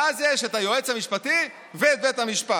ואז יש את היועץ המשפטי ואת בית המשפט.